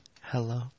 Hello